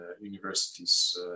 universities